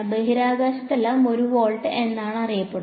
ബഹിരാകാശത്ത് എല്ലാം 1 വോൾട്ട് ആണെന്ന് അറിയപ്പെടുന്നു